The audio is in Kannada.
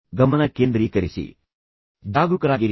ಗಮನ ಕೇಂದ್ರೀಕರಿಸಿ ಜಾಗರೂಕರಾಗಿರಿ